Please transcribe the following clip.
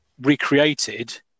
recreated